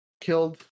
killed